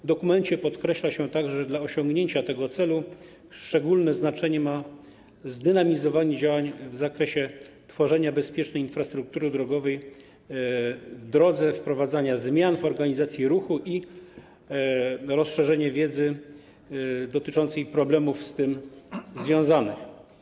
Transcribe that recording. W dokumencie podkreśla się także, że dla osiągnięcia tego celu szczególne znaczenie ma zdynamizowanie działań w zakresie tworzenia bezpiecznej infrastruktury drogowej w drodze wprowadzania zmian w organizacji ruchu i rozszerzania wiedzy dotyczącej problemów z tym związanych.